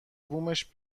بومش